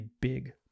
big